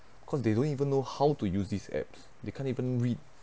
cause they don't even know how to use these apps they can't even read